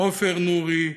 עופר נורני,